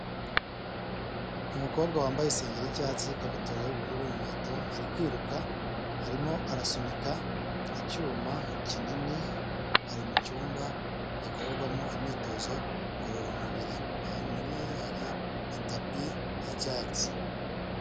Umukobwa wambaye isengeri y'icyatsi, ikabutura y'ubururu, inkweto ari kwiruka, arimo arasunika icyuma kinini, ari mu cyumba gikorerwamo imyitozo ngororamubiri. Ahantu ari hari itapi y'icyatsi.